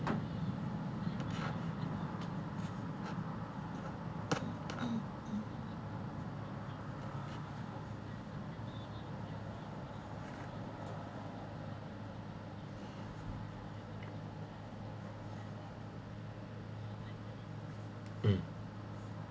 um